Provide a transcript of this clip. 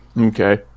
Okay